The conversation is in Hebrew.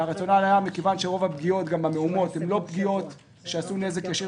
מכיוון שרוב הפגיעות במהומות הן לא פגיעות שגרמו לנזק ישיר